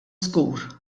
żgur